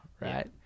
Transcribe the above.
right